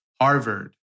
Harvard